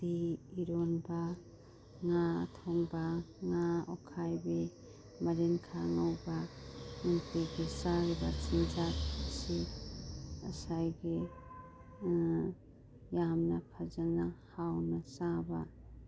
ꯎꯠꯇꯤ ꯏꯔꯣꯟꯕ ꯉꯥ ꯑꯊꯣꯡꯕ ꯉꯥ ꯑꯣꯈꯥꯏꯕꯤ ꯃꯔꯤꯟꯈꯥ ꯉꯧꯕ ꯅꯨꯡꯇꯤꯒꯤ ꯆꯥꯔꯤꯕ ꯆꯤꯟꯖꯥꯛꯁꯤꯡ ꯉꯁꯥꯏꯒꯤ ꯌꯥꯝꯅ ꯐꯖꯅ ꯍꯥꯎꯅ ꯆꯥꯕ